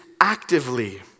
actively